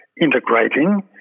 integrating